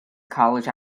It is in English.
college